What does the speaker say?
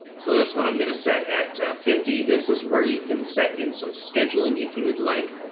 so this one i'm going to set at fifty. this is where you can set in some scheduling. if you would like,